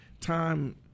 Time